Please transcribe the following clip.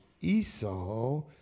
esau